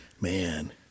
man